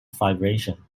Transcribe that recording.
vibration